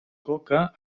coca